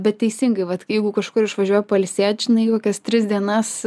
bet teisingai vat jeigu kažkur išvažiuoju pailsėt žinai kokias tris dienas